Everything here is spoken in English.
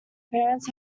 parents